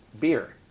Beer